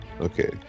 Okay